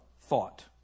thought